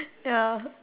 ya